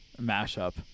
mashup